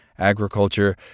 agriculture